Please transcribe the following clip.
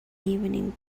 evening